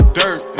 dirt